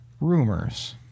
rumors